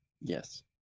yes